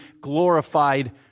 glorified